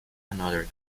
another